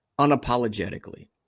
unapologetically